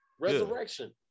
Resurrection